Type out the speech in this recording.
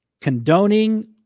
condoning